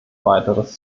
weiteres